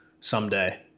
someday